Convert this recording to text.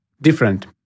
different